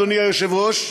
אדוני היושב-ראש,